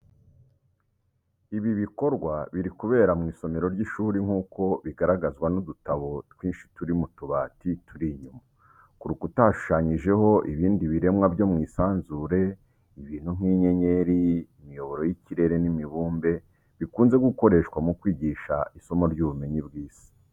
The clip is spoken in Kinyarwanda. Ibi bikorwa biri kubera mu isomero ry’ishuri nk’uko bigaragazwa n’udutabo twinshi turi mu tubati turi inyuma. Ku rukuta hashushanyijeho ibindi biremwa byo mu isanzure, ibintu nk’inyenyeri, imiyoboro y’ikirere n’imibumbe, bikunze gukoreshwa mu kwigisha isomo ry'ubumenyi bw'isi.